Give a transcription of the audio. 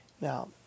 Now